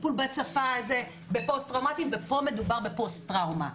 פה מדובר בפוסט טראומה.